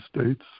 States